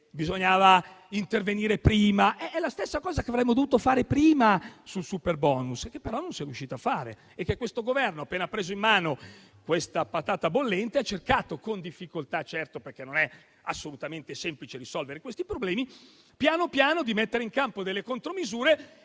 bisognava intervenire prima? È la stessa cosa che avremmo dovuto fare prima sul superbonus, che però non si è riusciti a fare e che questo Governo, appena presa in mano questa patata bollente, ha cercato - con difficoltà, perché non è assolutamente semplice risolvere problemi del genere - pian piano di mettere in campo delle contromisure